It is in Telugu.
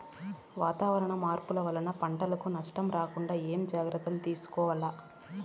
వాతావరణ మార్పులు వలన పంటలకు నష్టం రాకుండా ఏమేం జాగ్రత్తలు తీసుకోవల్ల?